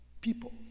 People